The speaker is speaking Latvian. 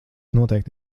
noteikti